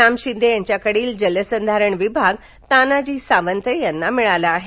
राम शिंदे यांच्याकडील जलसंधारण विभाग तानाजी सावंत यांना मिळाला आहे